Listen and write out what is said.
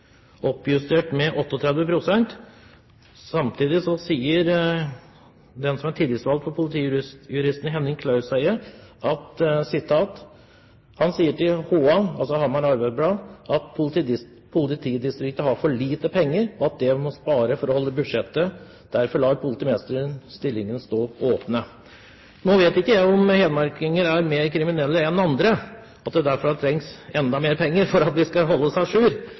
oppjustert med 38 pst. Samtidig sier den tillitsvalgte for politijuristene, Henning Klauseie, til Hamar Arbeiderblad at «politidistriktet har for lite penger, og at det må spare for å holde budsjettet. Derfor lar politimesteren stillinger stå åpne». Nå vet ikke jeg om hedmarkinger er mer kriminelle enn andre, og at det derfor trengs enda mer penger for at vi skal holde oss à jour. Men saken er nå slik den er. Det er ganske mange saker som blir henlagt på grunn av